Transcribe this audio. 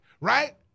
right